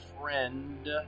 friend